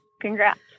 congrats